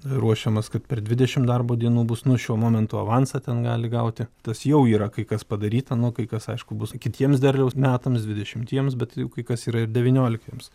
ruošiamas kad per dvidešimt darbo dienų bus nu šiuo momento avansą ten gali gauti tas jau yra kai kas padaryta nu kai kas aišku bus kitiems derliaus metams dvidešimtiems bet kai kas yra ir devynioliktiems